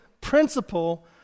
principle